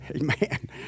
Amen